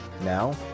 Now